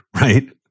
right